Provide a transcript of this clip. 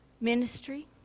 ministry